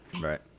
Right